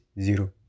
zero